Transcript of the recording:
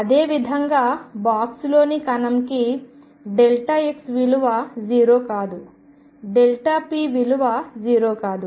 అదేవిధంగా బాక్స్లోని కణంకి x విలువ 0 కాదు p విలువ 0 కాదు